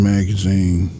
Magazine